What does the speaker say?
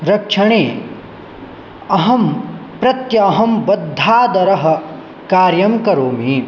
रक्षणे अहं प्रत्यहं बद्धादरः कार्यं करोमि